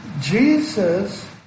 Jesus